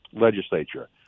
legislature